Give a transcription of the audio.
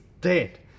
dead